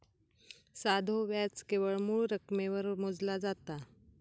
साधो व्याज केवळ मूळ रकमेवर मोजला जाता